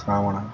Shravana